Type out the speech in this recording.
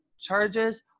charges